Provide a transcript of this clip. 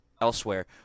elsewhere